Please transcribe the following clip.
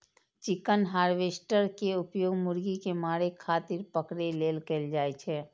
chicken harvester के उपयोग मुर्गी कें मारै खातिर पकड़ै लेल कैल जाइ छै